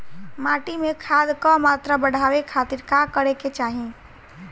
माटी में खाद क मात्रा बढ़ावे खातिर का करे के चाहीं?